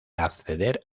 acceder